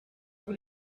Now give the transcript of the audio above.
vous